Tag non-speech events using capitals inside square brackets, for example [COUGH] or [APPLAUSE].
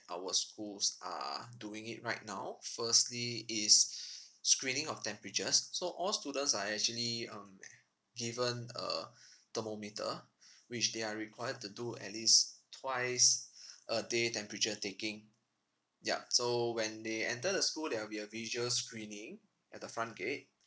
our schools are doing it right now firstly is [BREATH] screening of temperatures so all students are actually um given a [BREATH] thermometre [BREATH] which they are required to do at least twice [BREATH] a day temperature taking yup so when they enter the school there'll be a visual screening at the front gate